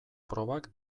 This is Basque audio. probak